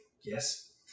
Yes